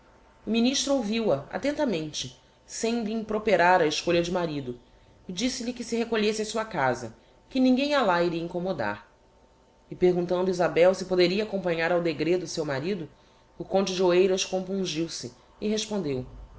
ministro ouviu-a attentamente sem lhe improperar a escolha de marido e disse-lhe que se recolhesse a sua casa que ninguem a lá iria incommodar e perguntando isabel se poderia acompanhar ao degredo seu marido o conde de oeiras compungiu se e respondeu